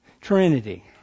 Trinity